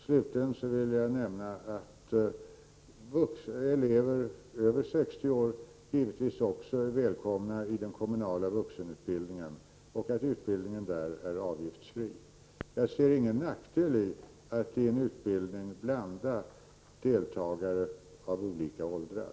Jag vill slutligen nämna att elever över 60 år givetvis också är välkomna till den kommunala vuxenutbildningen och att utbildningen där är avgiftsfri. Jag ser ingen nackdel i att i en utbildning blanda deltagare av olika åldrar.